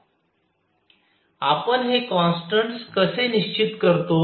आपण हे कॉन्स्टन्ट कसे निश्चित करतो